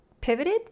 pivoted